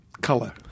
color